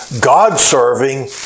God-serving